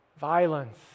violence